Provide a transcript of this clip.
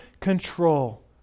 control